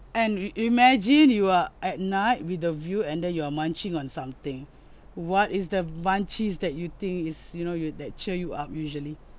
and y~ imagine you are at night with a view and then you are munching on something what is the munchies that you think is you know you that cheer you up usually